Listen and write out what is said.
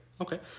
Okay